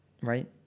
right